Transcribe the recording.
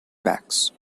backs